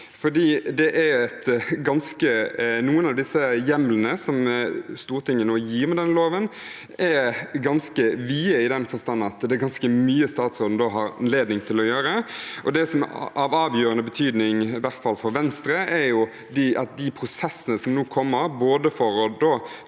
Noen av de hjemlene Stortinget gir med denne nye loven, er ganske vide, i den forstand at det er ganske mye statsråden vil ha anledning til å gjøre. Det som er av avgjørende betydning, i hvert fall for Venstre, er at de prosessene som nå kommer, både for å